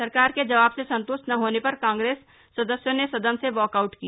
सरकार के जवाब से संतुषट न होने पर कांग्रेस सदस्यों ने सदन से वॉकआउट किया